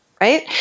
Right